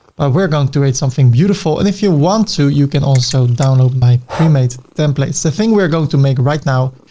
but we're going to add something beautiful. and if you want to, you can also download my pre-made templates. the thing we're going to make right now,